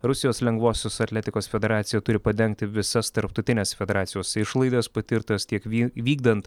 rusijos lengvosios atletikos federacija turi padengti visas tarptautinės federacijos išlaidas patirtas tiek vy vykdant